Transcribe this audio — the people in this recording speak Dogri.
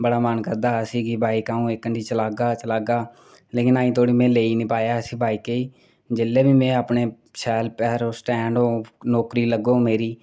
बड़ा मन करदा हा अ'ऊं इक दिन चलागा गै चलागा लक जें धोड़ी में लेईं निं पाया इस बाइकां अकने शाल पैरें र स्टैंड होग नौकरी लगोग मेरी